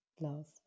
love